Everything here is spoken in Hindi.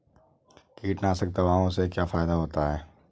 कीटनाशक दवाओं से क्या फायदा होता है?